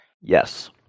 Yes